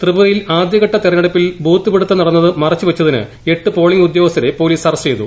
ത്രിപുരയിൽ ആദ്യഘട്ട തെരഞ്ഞെടുപ്പിൽ ബൂതൃത്വ് പിടിത്തം നടന്നത് മറച്ചു വച്ചതിന് എട്ട് പോളിംഗ് ഉദ്യോഗസ്ഥരെ പ്പോലീസ് അറസ്റ്റു ചെയ്തു